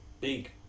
big